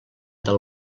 del